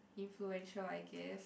influential I guess